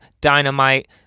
Dynamite